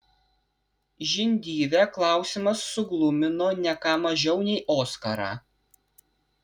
žindyvę klausimas suglumino ne ką mažiau nei oskarą